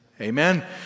Amen